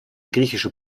griechische